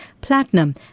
platinum